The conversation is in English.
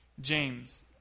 James